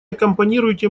аккомпанируйте